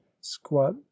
squat